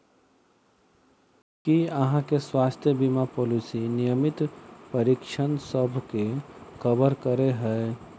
की अहाँ केँ स्वास्थ्य बीमा पॉलिसी नियमित परीक्षणसभ केँ कवर करे है?